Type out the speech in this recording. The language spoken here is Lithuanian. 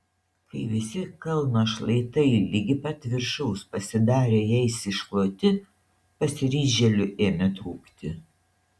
kai visi kalno šlaitai ligi pat viršaus pasidarė jais iškloti pasiryžėlių ėmė trūkti